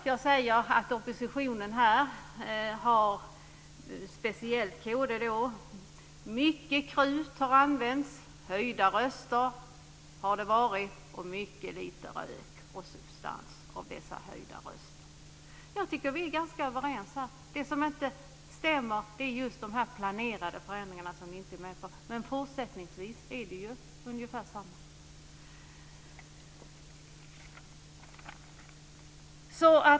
Jag menar att oppositionen, speciellt kd, har använt mycket krut här. Det har varit höjda röster och mycket lite rök och substans från dessa höjda röster. Jag tycker faktiskt att vi är ganska överens. Det som inte stämmer är just det här med de planerade förändringarna, som ni inte är med på. Men i övrigt är det ungefär samma.